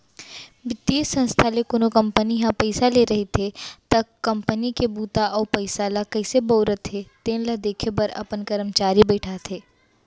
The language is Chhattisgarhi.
बित्तीय संस्था ले कोनो कंपनी ह पइसा ले रहिथे त कंपनी के बूता अउ पइसा ल कइसे बउरत हे तेन ल देखे बर अपन करमचारी बइठाथे